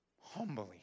humbly